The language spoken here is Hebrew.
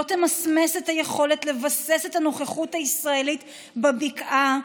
לא תמסמס את היכולת לבסס את הנוכחות הישראלית בבקעה,